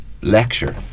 lecture